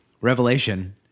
Revelation